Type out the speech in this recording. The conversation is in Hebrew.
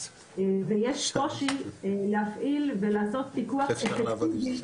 ויש קושי להפעיל ולעשות פיקוח --- איך אפשר לעבוד עם שישה.